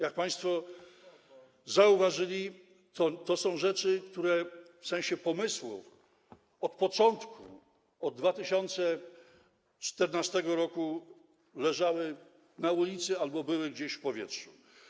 Jak państwo zauważyli, to są rzeczy, które w sensie pomysłów od początku, od 2014 r., leżały na ulicy albo były gdzieś w powietrzu.